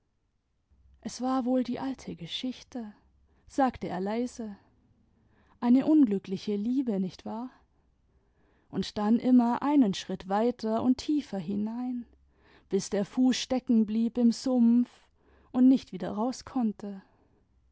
s war wohl die alte geschichte sage er leise eine unglückliche liebe nicht wahr und dann immer einen schritt weiter und tiefer hinein bis der fuß stecken blieb im sumpf und nicht wieder raus konnte